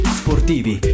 sportivi